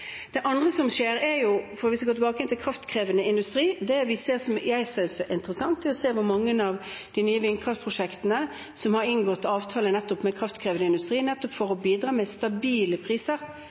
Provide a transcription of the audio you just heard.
det andre, hvis vi går tilbake igjen til kraftkrevende industri: Det vi ser som jeg synes er interessant, er hvor mange av de nye vindkraftprosjektene som har inngått avtaler med kraftkrevende industri, nettopp for å bidra med stabile priser.